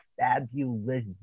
fabulous